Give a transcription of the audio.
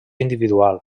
individual